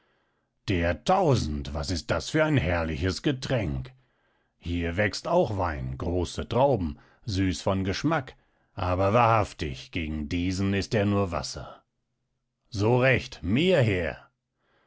der tausend was ist das für ein herrliches getränk hier wächst auch wein große trauben süß von geschmack aber wahrhaftig gegen diesen ist er nur wasser so recht mehr her